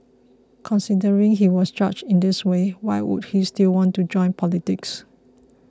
considering he was judged in this way why would he still want to join politics